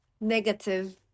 negative